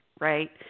right